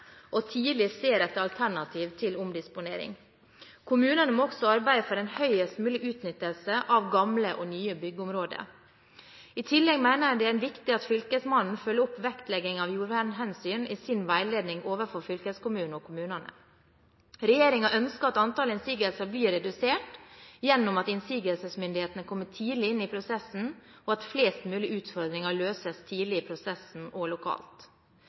og tidlig ser etter alternativer til omdisponering. Kommunene må også arbeide for en størst mulig utnyttelse av gamle og nye byggeområder. I tillegg mener jeg det er viktig at Fylkesmannen følger opp vektleggingen av jordvernhensyn i sin veiledning overfor fylkeskommunen og kommunene. Regjeringen ønsker at antallet innsigelser blir redusert gjennom at innsigelsesmyndighetene kommer tidlig inn i prosessen, og at flest mulig utfordringer løses tidlig i prosessen og lokalt.